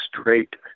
straight